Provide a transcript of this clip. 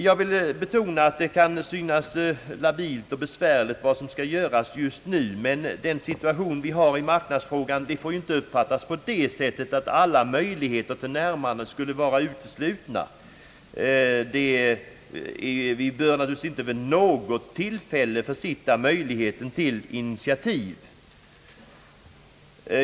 Jag vill betona att det kan synas besvärligt att precisera vad som skall göras just nu, men den rådande situationen i marknadsfrågan får inte uppfattas så, att alla möjligheter till ett närmande skulle vara uteslutna. Vi bör naturligtvis inte vid något tillfälle försitta möjligheterna till initiativ.